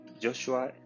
Joshua